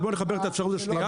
אז בוא נחבר את האפשרות השנייה,